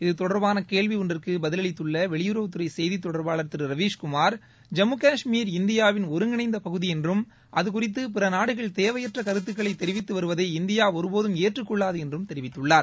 இத்தொடர்பான கேள்வி ஒன்றிற்கு பதிலளித்துள்ள வெளியுறவுத்துறை செய்தித் தொடர்பாளர் திரு ரவீஷ்குமார் ஜம்மு காஷ்மீர் இந்தியாவின் ஒருங்கிணைந்த பகுதி என்றும் அதுகுறித்து பிற நாடுகள் தேவையற்ற கருத்துக்களை தெரிவித்து வருவதை இந்தியா ஒருபோதும் ஏற்றுக் கொள்ளாது என்றும் தெரிவித்துள்ளார்